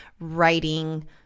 writing